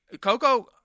Coco